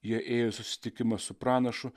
jie ėjo į susitikimą su pranašu